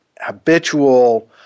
habitual